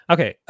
Okay